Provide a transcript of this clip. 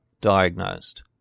diagnosed